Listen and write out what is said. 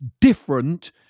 different